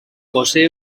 posee